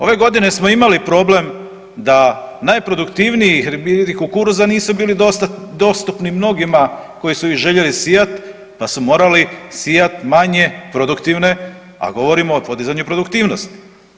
Ove godine smo imali problem da najproduktivniji hibridi kukuruza nisu bili dostupni mnogima koji su ih željeli sijat pa su morali sijat manje produktivne, a govorimo o podizanju produktivnosti.